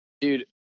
Dude